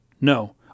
No